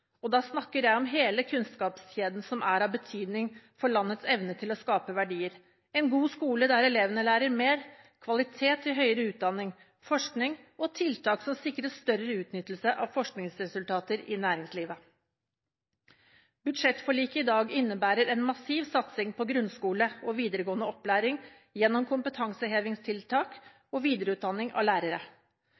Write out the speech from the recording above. Og da snakker jeg om hele kunnskapskjeden som er av betydning for landets evne til å skape verdier – en god skole der elevene lærer mer, kvalitet i høyere utdanning, forskning og tiltak som sikrer større utnyttelse av forskningsresultater i næringslivet. Budsjettforliket i dag innebærer en massiv satsing på grunnskole og videregående opplæring gjennom kompetansehevingstiltak og videreutdanning av lærere.